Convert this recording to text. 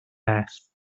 beth